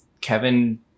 Kevin